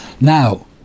Now